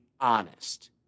honest